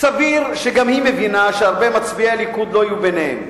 סביר שגם היא מבינה שהרבה מצביעי ליכוד לא יהיו ביניהם.